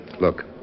Look